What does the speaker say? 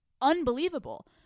unbelievable